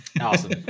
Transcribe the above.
Awesome